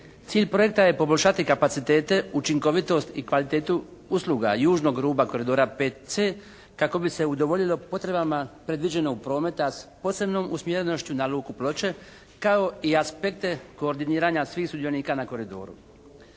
Cilj projekta je poboljšati kapacitete, učinkovitost i kvalitetu usluga južnog ruba koridora 5C kako bi se udovoljilo potrebama predviđenog prometa s posebnom usmjerenošću na luku Ploče kao i aspekte koordiniranja svih sudionika na koridoru.